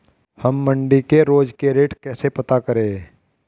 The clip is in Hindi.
हम मंडी के रोज के रेट कैसे पता करें?